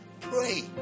Pray